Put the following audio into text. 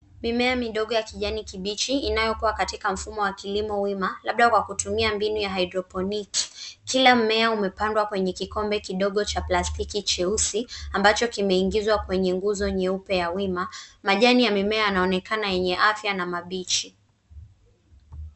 Mimea midogo ya kijani kibichi inayokua katika mfumo wa kilimo wima, labda wakitumia mbinu ya hydroponics . Kila mmea umepandwa kwenye kikombe kidogo cha plastiki cheusi ambacho kimeingizwa kwenye nguzo nyeupe ya wima. Majani ya mimea yanaonekana yenye afya na mabichi.